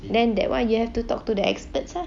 then that [one] you have to talk to the experts ah